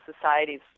societies